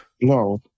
No